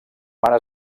mare